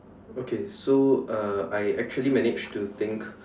okay so uh I actually managed to think